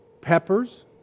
peppers